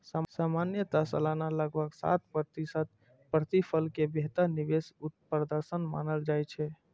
सामान्यतः सालाना लगभग सात प्रतिशत प्रतिफल कें बेहतर निवेश प्रदर्शन मानल जाइ छै